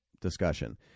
discussion